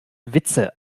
witze